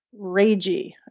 ragey